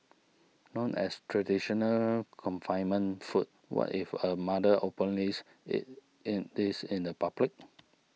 known as traditional confinement food what if a mother eats in this in the public